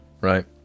Right